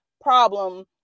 problem